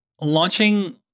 launching